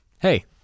Hey